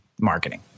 marketing